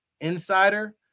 insider